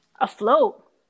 afloat